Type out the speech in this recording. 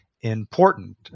important